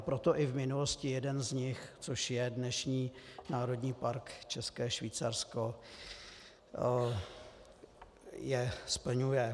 Proto i v minulosti jeden z nich, což je dnešní Národní park České Švýcarsko, je splňuje.